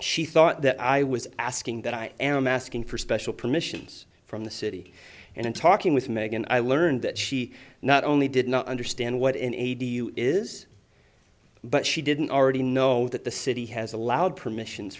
she thought that i was asking that i am asking for special permissions from the city and in talking with meghan i learned that she not only did not understand what an age is but she didn't already know that the city has allowed permission